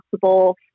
possible